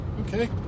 okay